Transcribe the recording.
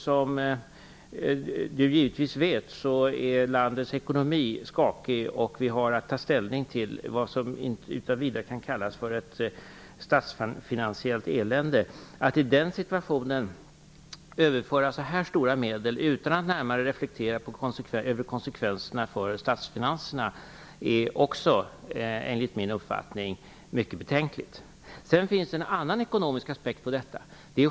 Som Andreas Carlgren givetvis vet är landets ekonomi skakig. Vi har att ta ställning till vad som kan kallas ett statsfinansiellt elände. Att i den situationen överföra så här stora medel utan att närmare reflektera över konsekvenserna för statsfinanserna är, enligt min uppfattning, mycket betänkligt. Det finns även en annan ekonomisk aspekt på detta.